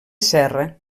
serra